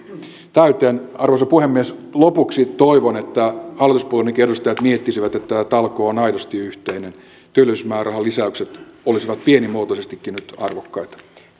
täyteen arvoisa puhemies lopuksi toivon että hallituspuolueidenkin edustajat miettisivät että tämä talkoo on aidosti yhteinen työllisyysmäärärahalisäykset olisivat pienimuotoisestikin nyt arvokkaita